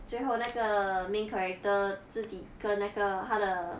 最后那个 main character 自己跟那个他的